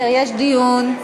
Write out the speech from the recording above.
יש דיון.